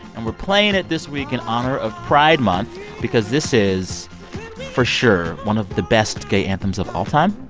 and we're playing it this week in honor of pride month because this is for sure one of the best gay anthems of all time